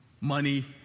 money